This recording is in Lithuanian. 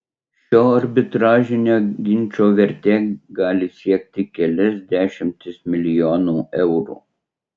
šio arbitražinio ginčo vertė gali siekti kelias dešimtis milijonų eurų